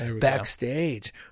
Backstage